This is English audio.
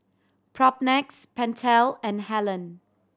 Propnex Pentel and Helen